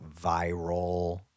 viral